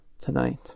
tonight